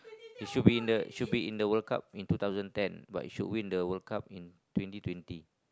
it should be in the should be in the World Cup in two thousand ten but it should win the World Cup in twenty twenty